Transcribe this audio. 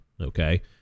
Okay